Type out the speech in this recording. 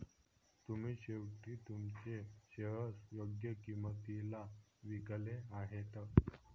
तुम्ही शेवटी तुमचे शेअर्स योग्य किंमतीला विकले आहेत